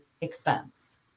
expense